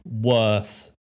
worth